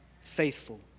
faithful